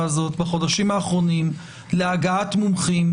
הזאת בחודשים האחרונים להגעת מומחים,